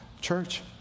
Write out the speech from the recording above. church